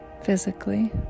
physically